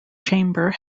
chamber